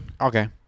okay